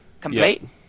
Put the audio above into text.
Complete